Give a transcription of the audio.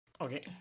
Okay